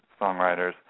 songwriters